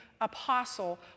apostle